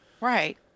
Right